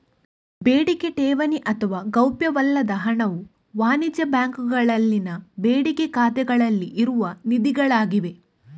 ಬೇಡಿಕೆ ಠೇವಣಿ ಅಥವಾ ಗೌಪ್ಯವಲ್ಲದ ಹಣವು ವಾಣಿಜ್ಯ ಬ್ಯಾಂಕುಗಳಲ್ಲಿನ ಬೇಡಿಕೆ ಖಾತೆಗಳಲ್ಲಿ ಇರುವ ನಿಧಿಗಳಾಗಿವೆ